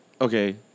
okay